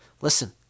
Listen